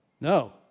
No